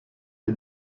les